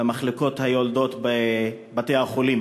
במחלקות היולדות בבתי-החולים,